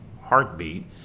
heartbeat